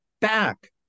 back